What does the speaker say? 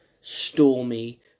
stormy